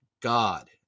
God